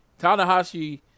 Tanahashi